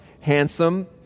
handsome